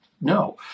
No